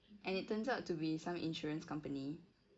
and it turns out to be some insurance company